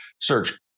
search